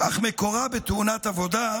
אך מקורה בתאונת עבודה,